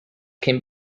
can